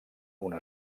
una